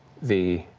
the